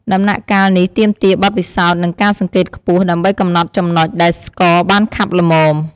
ដំណាក់កាលនេះទាមទារបទពិសោធន៍ និងការសង្កេតខ្ពស់ ដើម្បីកំណត់ចំណុចដែលស្ករបានខាប់ល្មម។